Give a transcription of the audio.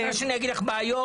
את רוצה שאני אגיד לך את הבעיות?